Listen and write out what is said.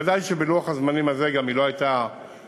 ודאי שבלוח-הזמנים הזה גם היא לא הייתה מספיקה,